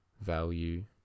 value